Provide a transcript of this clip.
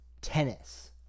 tennis